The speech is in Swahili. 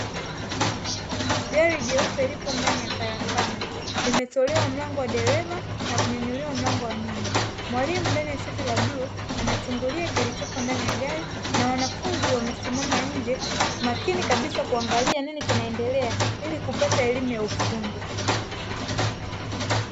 Gari jeupe lipo ndani ya karakana, limetolewa mlango wa dereva na kunyanyuliwa mlango wa nyuma. Mwalimu ndani ya shati la bluu anachungulia kilichopo ndani ya gari na wanafunzi wamesimama nje makini kabisa kuangalia nini kinaendelea ili kupata elimu ya ufundi.